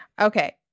Okay